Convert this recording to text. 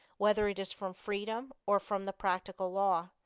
whether it is from freedom or from the practical law?